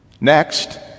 Next